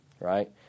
Right